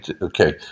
Okay